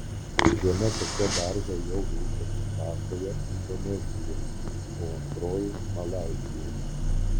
viena tokia barža jau veikia džakartoje indonezijoje o antroji malaizijoje